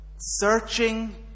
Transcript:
Searching